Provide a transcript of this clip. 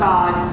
God